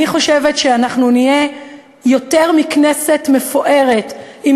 אני חושבת שאנחנו נהיה יותר מכנסת מפוארת אם